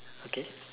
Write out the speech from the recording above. okay